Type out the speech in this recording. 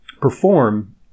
perform